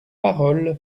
paroles